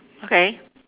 okay